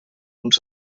uns